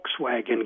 Volkswagen